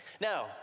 Now